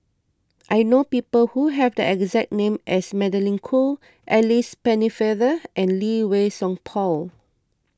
I know people who have the exact name as Magdalene Khoo Alice Pennefather and Lee Wei Song Paul